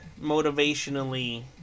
motivationally